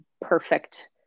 perfect